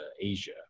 Asia